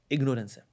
Ignorance